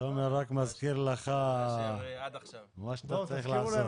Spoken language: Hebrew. מזכיר לך מה צריך לעשות.